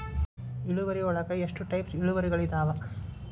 ಇಳುವರಿಯೊಳಗ ಎಷ್ಟ ಟೈಪ್ಸ್ ಇಳುವರಿಗಳಾದವ